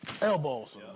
elbows